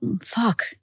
fuck